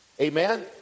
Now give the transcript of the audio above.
amen